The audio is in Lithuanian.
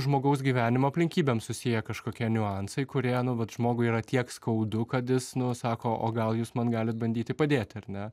žmogaus gyvenimo aplinkybėm susiję kažkokie niuansai kurie nu vat žmogui yra tiek skaudu kad jis nu sako o gal jūs man galit bandyti padėti ar ne